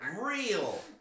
real